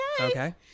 Okay